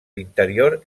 l’interior